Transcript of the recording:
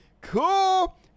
cool